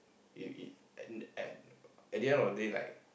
you you at at at the end of the day like